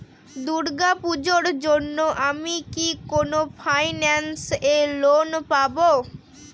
দূর্গা পূজোর জন্য আমি কি কোন ফাইন্যান্স এ লোন পাবো?